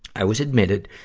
i was admitted,